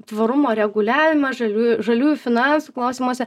tvarumo reguliavimą žaliųjų žaliųjų finansų klausimuose